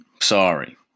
sorry